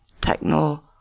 techno